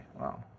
Wow